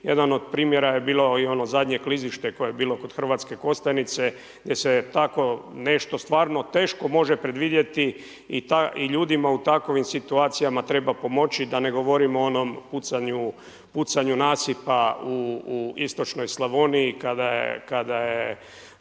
Jedan od primjera je bilo i ono zadnje klizište koje je bilo kod Hrvatske Kostajnice gdje se tako nešto stvarno teško može predvidjeti i ljudima u takvim situacijama treba pomoći, da ne govorimo o onom pucanju, pucanju nasipa u istočnoj Slavoniji kada je